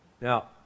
Now